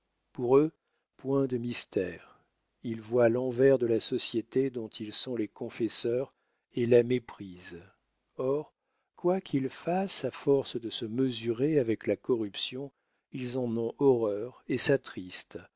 pour eux point de mystères ils voient l'envers de la société dont ils sont les confesseurs et la méprisent or quoi qu'ils fassent à force de se mesurer avec la corruption ils en ont horreur et s'attristent